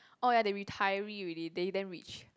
orh ya they retiree already they damn rich